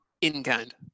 In-kind